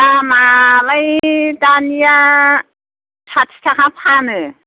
दामालाय दानिया साथि थाखा फानो